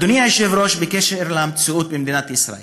אדוני היושב-ראש, בקשר למציאות במדינת ישראל,